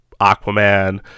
Aquaman